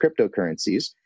cryptocurrencies